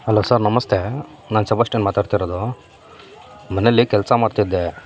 hello sir ನಮಸ್ತೆ ನಾನು Sebastian ಮಾತಾಡ್ತಿರೋದು ಮನೆಯಲ್ಲಿ ಕೆಲಸ ಮಾಡ್ತಿದ್ದೆ